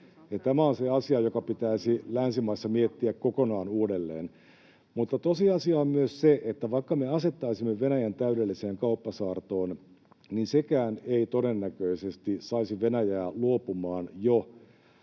tämä on se asia, joka pitäisi länsimaissa miettiä kokonaan uudelleen. Mutta tosiasia on myös se, että vaikka me asettaisimme Venäjän täydelliseen kauppasaartoon, niin sekään ei todennäköisesti saisi Venäjää luopumaan jo